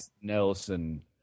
Nelson